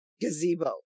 Gazebo